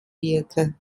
birke